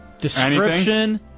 description